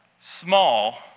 Small